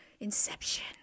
Inception